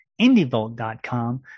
indievolt.com